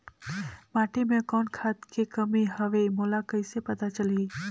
माटी मे कौन खाद के कमी हवे मोला कइसे पता चलही?